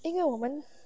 因为我们